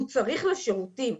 הוא צריך לשירותים.